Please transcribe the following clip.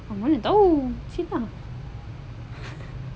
aku mana tahu